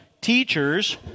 teachers